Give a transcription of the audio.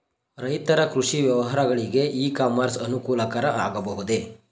ರೈತರ ಕೃಷಿ ವ್ಯವಹಾರಗಳಿಗೆ ಇ ಕಾಮರ್ಸ್ ಅನುಕೂಲಕರ ಆಗಬಹುದೇ?